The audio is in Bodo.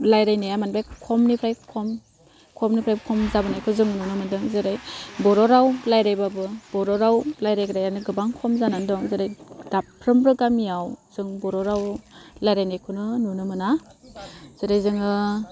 रायज्लायनाया मोनबाय खमनिफ्राय खम खमनिफ्राय खम जाबोनायखौ जों नुनो मोन्दों जेरै बर' राव रायज्लायबाबो बर' राव रायज्लायग्रायानो गोबां खम जानानै दं जेरै दाबफ्रोमबो गामियाव जों बर' राव रायज्लायनायखौनो नुनो मोना जेरै जोङो